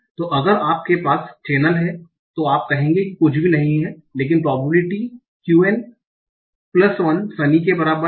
तो अगर आप पास चैनल हैं तो आप कहेंगे कि कुछ भी नहीं है लेकिन प्रोबेबिलिटी qn1 सनी के बराबर है